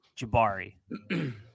Jabari